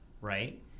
right